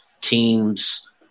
teams